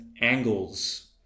angles